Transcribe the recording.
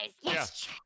Yes